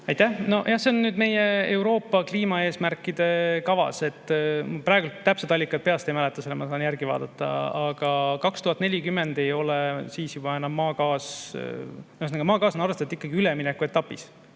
Aitäh! Nojah, see on meie Euroopa kliimaeesmärkide kavas. Praegu täpset allikat peast ei mäleta, selle ma saan järgi vaadata. Aga 2040 ei ole enam maagaas … Ühesõnaga, maagaas on arvestatud ikkagi üleminekuetapis.